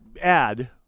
add